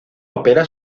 opera